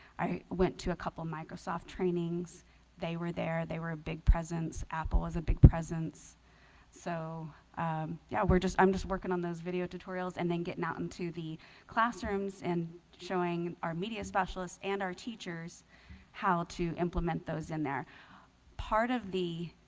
i went to a couple microsoft training they were there. they were a big presence apple was a big presence so yeah, we're just i'm just working on those video tutorials and then getting out into the classrooms and showing our media specialists and our teachers how to implement those in there part of